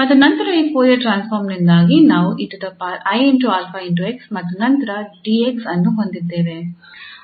ಮತ್ತು ನಂತರ ಈ ಫೋರಿಯರ್ ಟ್ರಾನ್ಸ್ಫಾರ್ಮ್ ನಿಂದಾಗಿ ನಾವು 𝑒𝑖𝛼𝑥 ಮತ್ತು ನಂತರ 𝑑𝑥 ಅನ್ನು ಹೊಂದಿದ್ದೇವೆ